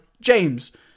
James